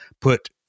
put